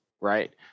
right